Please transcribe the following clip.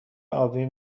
ابی